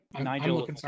Nigel